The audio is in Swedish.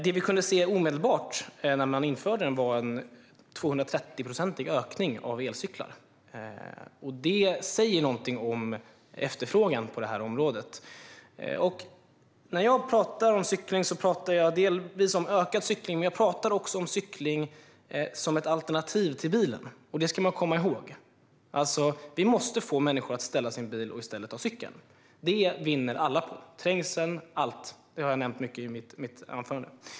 Det vi kunde se omedelbart när man införde den var en 230-procentig ökning av antalet elcyklar. Det säger någonting om efterfrågan på det här området. När jag talar om cykling talar jag delvis om ökad cykling men också om cykling som ett alternativ till bilen. Det ska man komma ihåg. Vi måste få människor att ställa sin bil och i stället ta cykeln. Det vinner alla på. Trängseln och allt annat påverkas, och det har jag nämnt i mitt anförande.